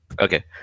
Okay